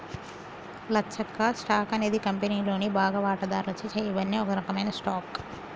లచ్చక్క, stock అనేది కంపెనీలోని బాగా వాటాదారుచే చేయబడిన ఒక రకమైన స్టాక్